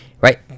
right